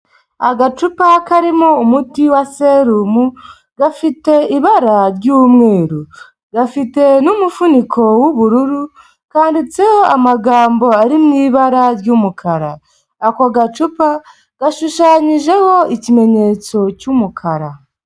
Agacupa karimo umuti wa serumu gafite ibara ry'umweru, gafite n'umufuniko w'ubururu, kanditseho amagambo ari mu ibara ry'umukara, ako gacupa gashushanyijeho ikimenyetso cy'umukara.